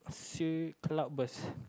sea club burst